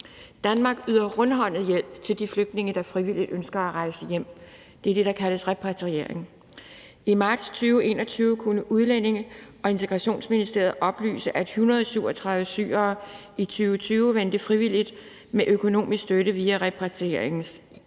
Danmark yder rundhåndet hjælp til de flygtninge, der frivilligt ønsker at rejse hjem. Det er det, der kaldes repatriering. I marts 2021 kunne Udlændinge- og Integrationsministeriet oplyse, at 137 syrere i 2020 vendte frivilligt hjem med økonomisk støtte via repatrieringsordningen.